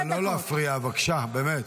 לא להפריע, בבקשה, באמת.